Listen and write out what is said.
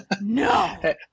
No